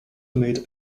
made